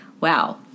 Wow